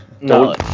No